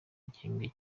gihembwe